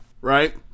right